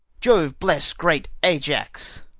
jove bless great ajax!